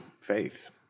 faith